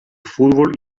fútbol